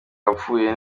wapfuye